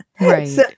Right